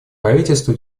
правительство